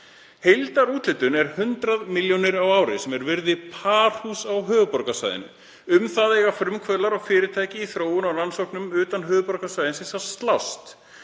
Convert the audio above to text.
Heildarúthlutun er 100 milljónir á ári. Það er virði parhúss á höfuðborgarsvæðinu. Um það eiga frumkvöðlar og fyrirtæki í þróun og rannsóknum utan höfuðborgarsvæðisins að slást.